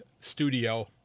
studio